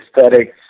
aesthetics